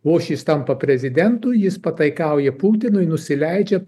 vos šis tampa prezidentu jis pataikauja putinui nusileidžia